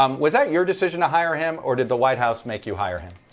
um was that your decisions to hire him or did the white house make you hire him?